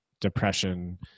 depression